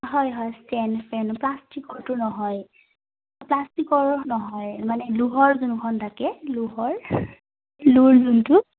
হয় হয় ষ্টেন ফেন প্লাষ্টিকতো নহয় প্লাষ্টিকৰো নহয় মানে লোহাৰ যোনখন থাকে লোহাৰ লোৰ যোনটো